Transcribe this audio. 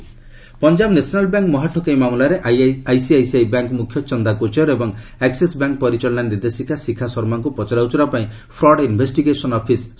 PNB scam Punjab national bank ମହା ଠକେଇ ମାମଲାରେ ଆଇସିଆଇସିଆଇ ବ୍ୟାଙ୍କ୍ ମୁଖ୍ୟ ଚନ୍ଦା କୋଚର ଏବଂ ଆକ୍ସିସ୍ ବ୍ୟାଙ୍କ୍ ପରିଚାଳନା ନିର୍ଦ୍ଦେଶିକା ଶିଖା ଶର୍ମାଙ୍କୁ ପଚରାଉଚରା ପାଇଁ ପ୍ରଡ୍ ଇନ୍ଭେଷ୍ଟିଗେସନ୍ ଅଫିସ୍ ସମନ୍ କରିଥିଲା